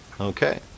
okay